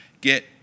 get